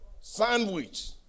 Sandwich